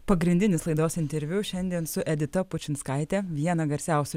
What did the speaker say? pagrindinis laidos interviu šiandien su edita pučinskaite viena garsiausių